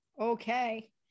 okay